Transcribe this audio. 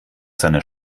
seiner